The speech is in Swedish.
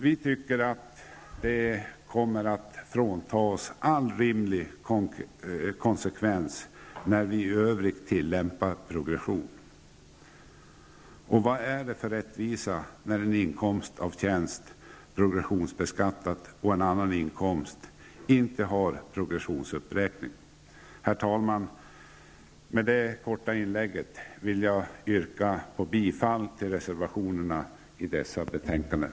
Vi tycker att det är att gå ifrån all rimlig konsekvens när vi i övrigt tillämpar progression. Vad är det för rättvisa när en inkomst av tjänst progressionsbeskattas medan en annan inkomst inte har progressionsuppräkning? Med detta korta inlägg, herr talman, vill jag yrka bifall till reservationerna i dessa betänkanden.